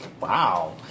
Wow